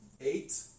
eight